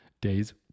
days